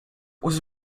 was